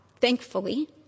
thankfully